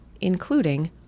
including